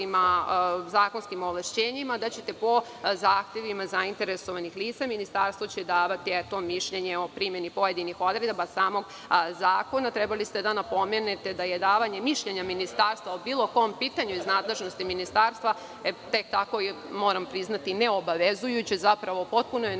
zakonskim ovlašćenjima da će Ministarstvo po zahtevima zainteresovanih lica davati mišljenje o primeni pojedinih odredbi samog zakona. Trebali ste da napomenete da je davanje mišljenja Ministarstva o bilo kom pitanju iz nadležnosti Ministarstva tek tako neobavezujuće, zapravo potpuno je